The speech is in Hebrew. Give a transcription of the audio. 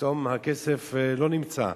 פתאום הכסף לא נמצא.